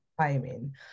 timing